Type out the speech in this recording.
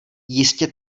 jistě